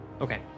Okay